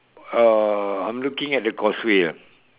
uh I'm looking at the causeway ah